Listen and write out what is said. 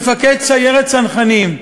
מפקד סיירת צנחנים,